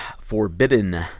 Forbidden